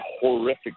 horrific